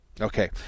Okay